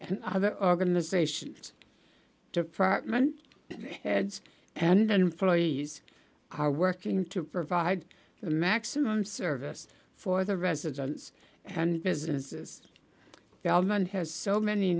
and other organizations duprat men heads and follow these are working to provide the maximum service for the residents and businesses government has so many